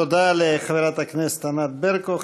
תודה לחברת הכנסת ענת ברקו.